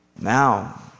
Now